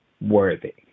worthy